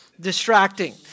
distracting